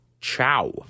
Ciao